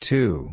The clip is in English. Two